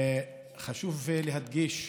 חשוב לי להדגיש,